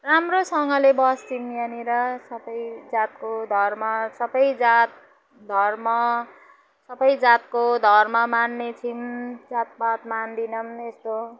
राम्रोसँगले बस्छौँ यहाँनिर सबै जातको धर्म सबै जात धर्म सबै जातको धर्म मान्ने छौँ जातपात मान्दैनौँ यस्तो